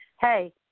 Hey